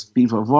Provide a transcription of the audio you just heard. Piva